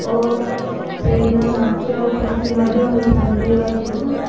ଓ ସେଦିନ ନାଚ ଖୁସି ମଧ୍ୟ ହୋଇଥାନ୍ତି ଓ ସେଇଦିନ